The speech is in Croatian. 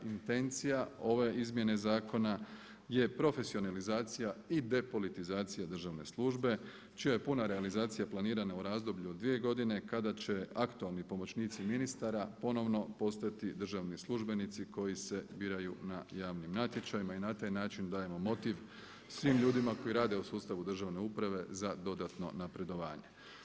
Intencija ove izmjene zakona je profesionalizacija i depolitizacija državne službe čija je puna realizacija planirana u razdoblju od dvije godine kada će aktualni pomoćnici ministara ponovno postati državni službenici koji se biraju na javnim natječajima i na taj način dajemo motiv svim ljudima koji rade u sustavu državne uprave za dodatno napredovanje.